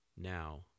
now